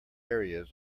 areas